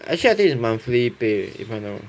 actually I think it's monthly pay if I not wrong